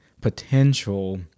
potential